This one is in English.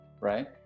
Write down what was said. Right